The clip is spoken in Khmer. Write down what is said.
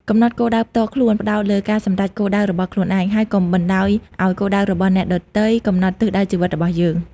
កំណត់គោលដៅផ្ទាល់ខ្លួន ផ្តោតលើការសម្រេចគោលដៅរបស់ខ្លួនឯង ហើយកុំបណ្តោយឲ្យគោលដៅរបស់អ្នកដទៃកំណត់ទិសដៅជីវិតរបស់យើង។